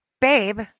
babe